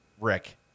Rick